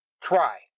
try